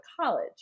college